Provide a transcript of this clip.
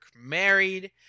married